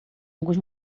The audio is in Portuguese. alguns